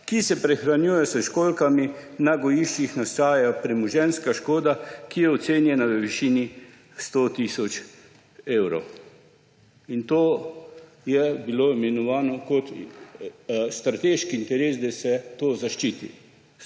ki se prehranjujejo s školjkami, na gojiščih nastaja premoženjska škoda, ki je ocenjena v višini 100 tisoč evrov. To je bilo imenovano kot strateški interes, da se to zaščiti.